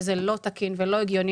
וזה לא תקין ולא הגיוני.